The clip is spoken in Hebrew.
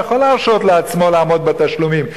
יכול להרשות לעצמו לעמוד בתשלומים,